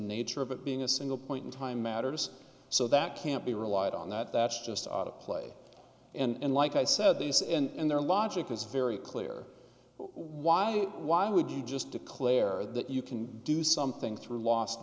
nature of it being a single point in time matters so that can't be relied on that that's just a play and like i said this and their logic is very clear why why would you just declare that you can do something through lost